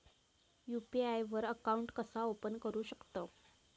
UPI वर account कसा open करू शकतव?